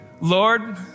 Lord